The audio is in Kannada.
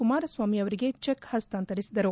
ಕುಮಾರಸ್ವಾಮಿ ಅವರಿಗೆ ಚೆಕ್ ಹಸ್ತಾಂತರಿಸಿದರು